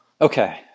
Okay